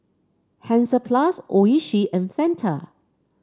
Hansaplast Oishi and Fanta